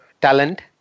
talent